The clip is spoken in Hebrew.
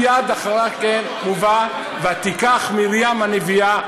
מייד אחרי כן מובא "ותקח מרים הנביאה,